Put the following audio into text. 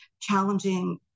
challenging